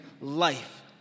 life